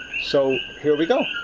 so, here we go.